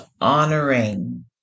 honoring